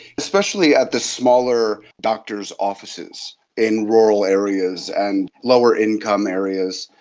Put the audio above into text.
especially at the smaller doctors' offices in rural areas and lower income areas.